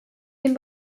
dem